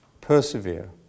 Persevere